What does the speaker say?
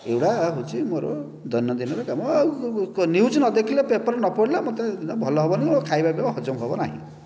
ଏଗୁଡ଼ିକ ହେଉଛି ମୋର ଦୈନନ୍ଦିନର କାମ ଆଉ ନ୍ୟୁଜ୍ ନଦେଖିଲେ ପେପର ନପଢ଼ିଲେ ମୋତେ ଦିନ ଭଲହେବ ନାହିଁ ଓ ଖାଇବା ପିଇବା ହଜମ ହେବ ନାହିଁ